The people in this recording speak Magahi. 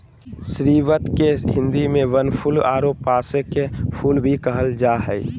स्रीवत के हिंदी में बनफूल आरो पांसे के फुल भी कहल जा हइ